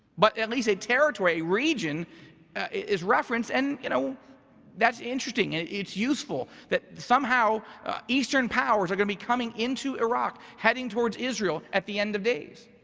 but at least a territory region is referenced. and, you know that's interesting, and it's useful that somehow eastern powers are gonna be coming into iraq, heading towards israel at the end of days.